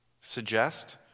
suggest